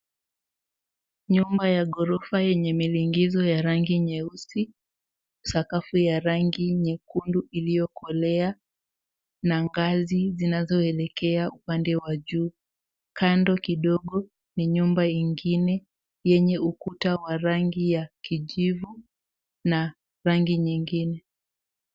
Nyumba ya gorofa yenye milingizo ya rangi nyeusi, sakafu ya rangi nyekundu iliyokolea na ngazi zinazoelekea upande wa juu, kando kidigo ni nyumba ingine yenye ukuta wa rangi ya kijivu na rangi nyingine.